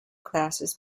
classes